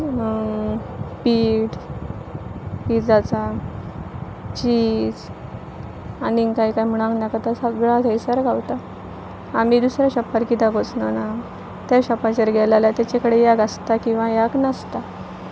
पीठ पिझ्झाचां चीझ आनीक काय काय म्हणांक नाका तें सगळां थंयसर गावता आमी दुसऱ्या शॉपार कित्याक वचनना त्या शॉपाचेर गेले जाल्यार तेचे कडेन एक आसता किंवा एक नासता